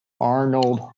Arnold